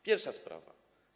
Pierwsza sprawa.